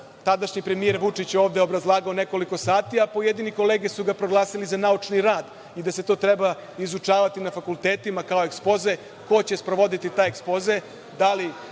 tadašnji premijer Vučić ovde obrazlagao nekoliko sati, a pojedine kolege su ga proglasile za naučni rad i da se to treba izučavati na fakultetima kao ekspoze, ko će sprovoditi taj ekspoze,